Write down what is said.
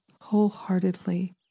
wholeheartedly